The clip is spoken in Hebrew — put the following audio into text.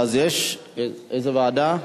איזו ועדה?